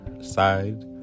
side